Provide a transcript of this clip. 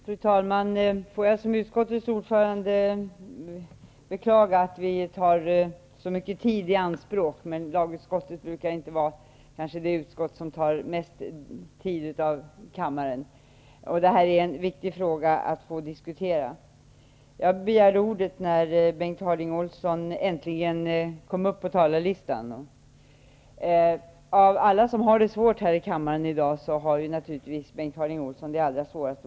Fru talman! Såsom utskottets ordförande beklagar jag att vi tar så mycken tid i anspråk. Lagutskottet brukar emellertid inte vara det utskott som tar mest av kammarens tid, och denna fråga är viktig att få diskutera. Jag begärde ordet när Bengt Harding Olson äntligen kom upp på talarlistan. Av alla som har det svårt här i kammaren i dag, har naturligtvis Bengt Harding Olson det allra svårast.